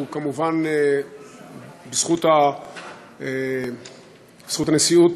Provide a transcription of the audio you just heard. כמובן בזכות הנשיאות,